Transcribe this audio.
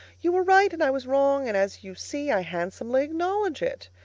you were right, and i was wrong, and, as you see, i handsomely acknowledge it.